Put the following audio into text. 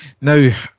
Now